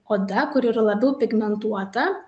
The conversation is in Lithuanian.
oda kuri yra labiau pigmentuota